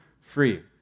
free